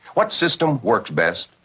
what system works best?